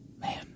man